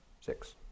six